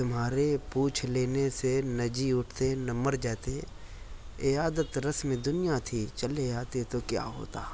تمہارے پوچھ لینے سے نہ جی اٹھتے نہ مر جاتے عیادت رسمِ دنیا تھی چلے آتے تو کیا ہوتا